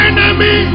Enemy